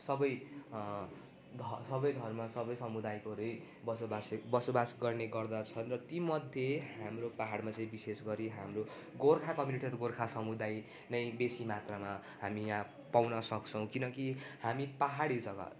सबै ध सबै धर्म सबै समुदायकोहरू नै बसोबासिक बसोबास गर्ने गर्दछन् र तीमध्ये हाम्रो पाहाडमा चाहिँ विशेष गरी हाम्रो गोर्खा कम्युनिटी अथवा गोर्खा समुदाय नै बेसी मात्रामा हामी यहाँ पाउन सक्छौँ किनकि हामी पाहाडी जग्गा